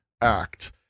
Act